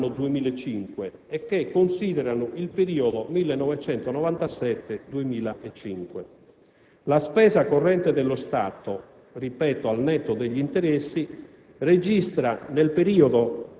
sul rendiconto dello Stato per l'anno 2005 e che considerano il periodo 1997-2005. La spesa corrente dello Stato, ripeto, al netto degli interessi,